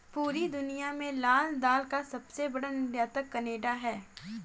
पूरी दुनिया में लाल दाल का सबसे बड़ा निर्यातक केनेडा है